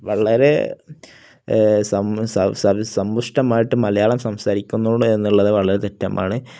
വളരെ സമ്പുഷ്ടമായിട്ടു മലയാളം സംസാരിക്കുന്നു എന്നുള്ളതു വളരെ തെറ്റുമാണ്